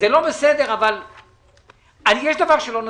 אבל יש דבר שלא נסכים: